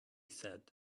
said